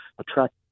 attract